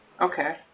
Okay